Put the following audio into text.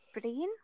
brain